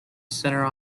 centre